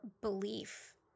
belief